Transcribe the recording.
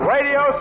Radio